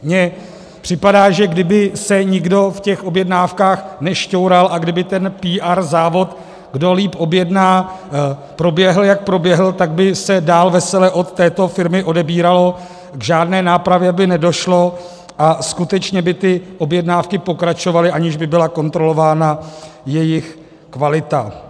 Mně připadá, že kdyby se nikdo v těch objednávkách nešťoural a kdyby ten PR závod, kdo líp objedná, proběhl, jak proběhl, tak by se dál vesele od této firmy odebíralo, k žádné nápravě by nedošlo a skutečně by ty objednávky pokračovaly, aniž by byla kontrolována jejich kvalita.